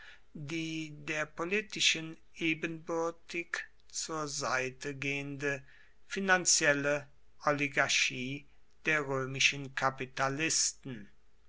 die der politischen ebenbürtig zur seite gehende finanzielle oligarchie der römischen kapitalisten